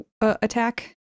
attack